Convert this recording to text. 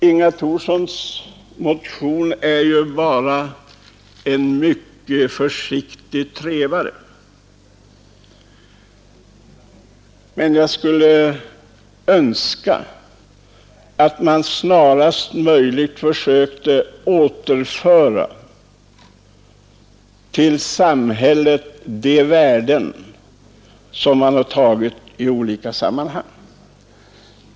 Inga Thorssons motion är ju bara en mycket försiktig trevare, men jag skulle önska att man snarast möjligt försökte återföra till samhället de värden som tagits i olika sammanhang.